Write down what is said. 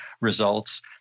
results